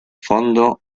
fondo